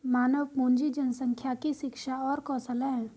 मानव पूंजी जनसंख्या की शिक्षा और कौशल है